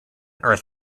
earth